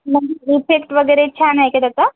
effect वगैरे छान आहे का त्याचा